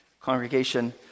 Congregation